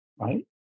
right